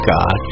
God